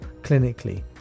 clinically